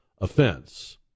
offense